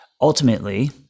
ultimately